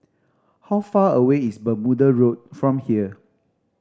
how far away is Bermuda Road from here